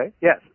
yes